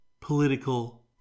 political